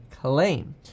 claim